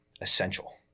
essential